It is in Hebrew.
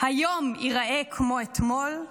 היום ייראה כמו אתמול,